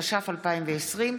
התש"ף 2020,